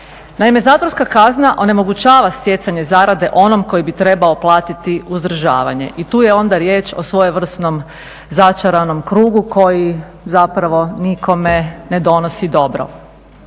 Naime, zatvorska kazna onemogućava stjecanje zarade onom koji bi trebao platiti uzdržavanje i tu je onda riječ o svojevrsnom začaranom krugu koji zapravo nikome ne donosi dobro.